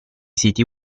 siti